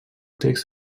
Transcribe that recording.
text